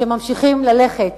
שממשיכים ללכת